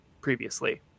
previously